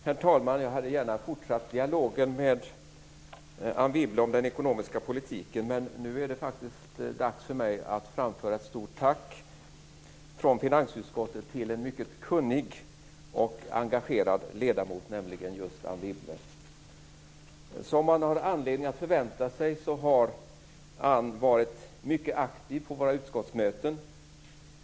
Herr talman! Jag hade gärna fortsatt dialogen med Anne Wibble om den ekonomiska politiken. Men nu är det faktiskt dags för mig att framföra ett stort tack från finansutskottet till en mycket kunnig och engagerad ledamot, nämligen just Anne Wibble. Som man har anledning att förvänta sig har Anne varit mycket aktiv på våra utskottsmöten.